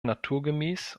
naturgemäß